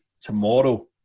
tomorrow